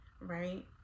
right